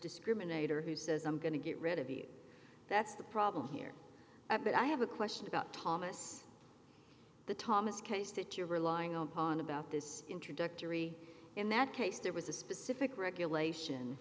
discriminator who says i'm going to get rid of you that's the problem here but i have a question about thomas the thomas case that you're relying on hon about this introductory in that case there was a specific regulation